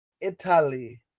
Italy